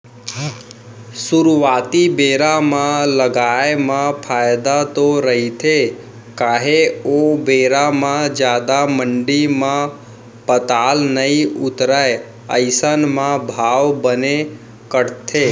सुरुवाती बेरा म लगाए म फायदा तो रहिथे काहे ओ बेरा म जादा मंडी म पताल नइ उतरय अइसन म भाव बने कटथे